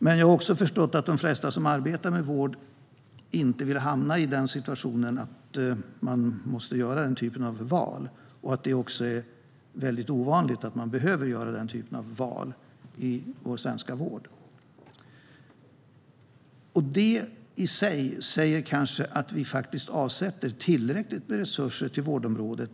Men jag har också förstått att de flesta som arbetar med vård inte vill hamna i en situation där man måste göra den typen av val - och även att det är ovanligt att man behöver göra den typen av val i den svenska vården. Det i sig säger kanske att vi faktiskt avsätter tillräckligt med resurser till vårdområdet.